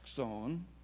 on